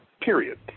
period